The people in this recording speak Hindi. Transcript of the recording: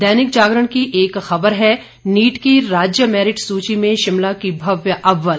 दैनिक जागरण की एक खबर है नीट की राज्य मेरिट सूची में शिमला की भव्या अव्वल